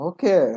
Okay